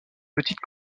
petite